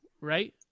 right